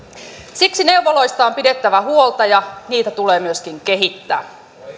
siksi neuvoloista on pidettävä huolta ja niitä tulee myöskin kehittää